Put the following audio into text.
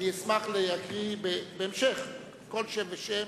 אני אשמח להקריא בהמשך כל שם ושם,